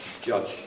judge